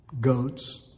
goats